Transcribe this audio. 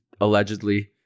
Allegedly